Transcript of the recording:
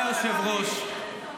אדוני היושב-ראש,